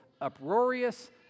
uproarious